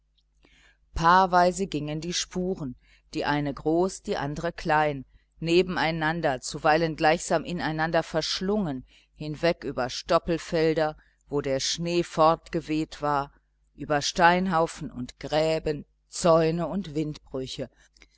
paarweise gingen die spuren die eine groß die andre klein nebeneinander zuweilen gleichsam ineinander verschlungen hinweg über stoppelfelder wo der schnee fortgeweht war über steinhaufen und gräben zäune und windbrüche